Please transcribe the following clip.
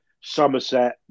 Somerset